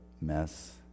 mess